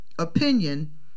Opinion